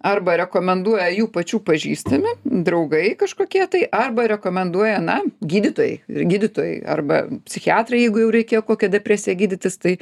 arba rekomenduoja jų pačių pažįstami draugai kažkokie tai arba rekomenduoja na gydytojai gydytojai arba psichiatrai jeigu jau reikia kokią depresiją gydytis tai